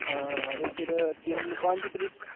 हां ते फिर तिन पंज तरीक